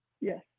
Yes